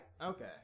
Okay